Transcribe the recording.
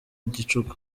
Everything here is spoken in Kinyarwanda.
gicuku